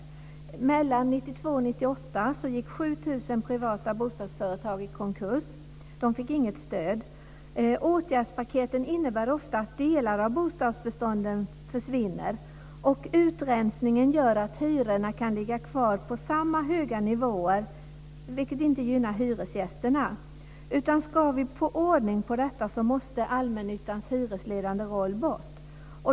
Mellan 1992 och 1998 gick 7 000 privata bostadsföretag i konkurs. De fick inget stöd. Åtgärdspaketen innebär ofta att delar av bostadsbestånden försvinner. Utrensningen gör att hyrorna kan ligga kvar på samma höga nivåer, vilket inte gynnar hyresgästerna. Ska vi få ordning på detta måste allmännyttans hyresledande roll bort.